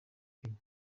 kenya